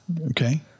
Okay